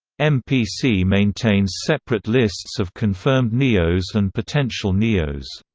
mpc maintains separate lists of confirmed neos and potential neos.